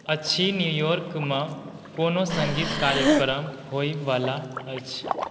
अछि न्यूयार्कमे कोनो सङ्गीत कार्यक्रम होइवला अछि